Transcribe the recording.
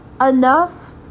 enough